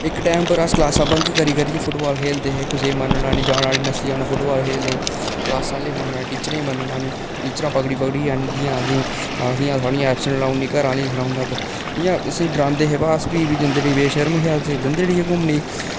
इक टाइम पर अस क्लासां बंक करी करियै अस फुटबाल खेढदे हे कुसै गी जानना निं मन्नना निं नस्सी जाना फुटबाल खेढने गी क्लासां आह्लें गी मन्नना निं टीचरें गी मन्नना निं टीचरां पकड़ी पकड़ियै आह्नदियां असें ई आखदियां थुआढ़ी ऐब्सैंट लाई ओड़नी घरें आह्लें गी सनाई ओड़ना बा इ'यां असें गी डरांदे हे बा अस भी बी जंदे बेशर्म हे अस जंदे उठी हे घुम्मने गी